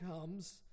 comes